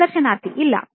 ಸಂದರ್ಶನಾರ್ಥಿ ಇಲ್ಲ